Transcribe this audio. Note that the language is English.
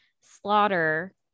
slaughter